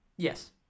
Yes